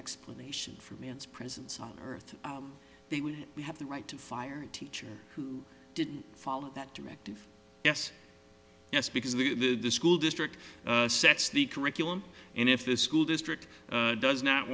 explanation for man's presence on earth they would have the right to fire teachers who didn't follow that directive yes yes because the school district sets the curriculum and if the school district does not